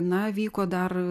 na vyko dar